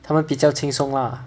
他们比较轻松 lah